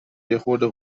یخورده